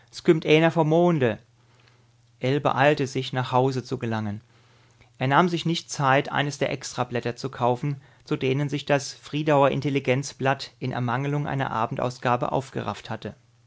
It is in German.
vom monde ell beeilte sich nach hause zu gelangen er nahm sich nicht zeit eines der extrablätter zu kaufen zu denen sich das friedauer intelligenzblatt in ermangelung einer abendausgabe aufgerafft hatte